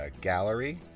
gallery